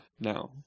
now